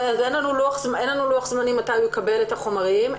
אין לוח זמנים מתי הוא יקבל את החומרים.